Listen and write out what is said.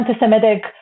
anti-Semitic